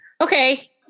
okay